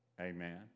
amen